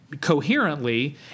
coherently